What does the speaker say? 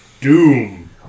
Doom